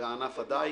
זה ענף הדייג.